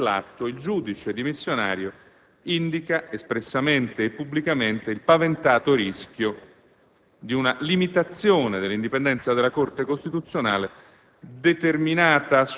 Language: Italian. quando, all'origine dell'atto, il giudice dimissionario indica, espressamente e pubblicamente, il paventato rischio di una limitazione dell'indipendenza della Corte costituzionale